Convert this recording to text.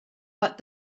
but